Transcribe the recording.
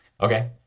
Okay